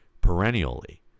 perennially